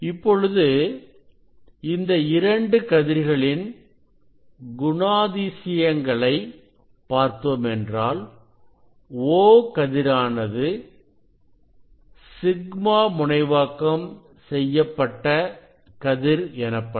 இப்பொழுது இந்த இரண்டு கதிர்களின் குணாதிசயங்களை பார்த்தோமென்றால் O கதிரானது σ முனைவாக்கம் செய்யப்பட்ட கதிர் எனப்படும்